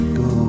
go